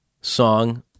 song